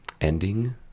ending